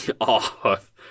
off